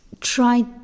try